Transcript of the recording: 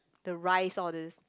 the rice all these